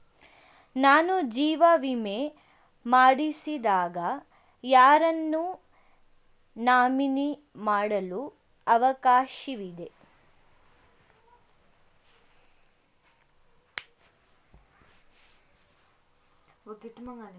ನಾನು ಜೀವ ವಿಮೆ ಮಾಡಿಸಿದಾಗ ಯಾರನ್ನು ನಾಮಿನಿ ಮಾಡಲು ಅವಕಾಶವಿದೆ?